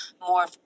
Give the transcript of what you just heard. more